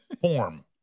form